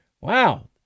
wow